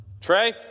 Trey